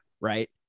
right